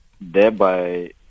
thereby